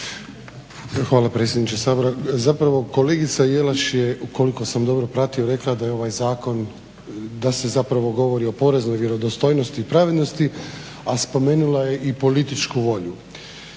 Hvala predsjedniče Sabora. Zapravo kolegica Jelaš je, ukoliko sam dobro pratio, rekla da je ovaj zakon, da se zapravo govori o poreznoj vjerodostojnosti i pravednosti, a spomenula je i političku volju.